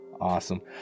Awesome